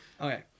Okay